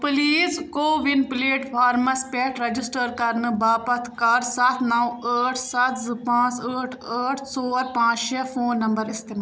please CoWIN platforms پٮ۪ٹھ register کرنہٕ پابَتھ کر سَتھ نو ٲٹھ سَتھ زٕ پانٛژھ ٲٹھ ٲٹھ ژور پانٛژھ شےٚ فون نمبر اِستہِ